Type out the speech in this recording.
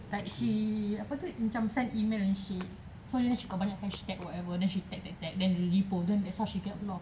like she apa tu macam send email and she so then she got banyak hashtag whatever and then she tag tag tag and then she post then that is how she got a lot of